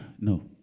no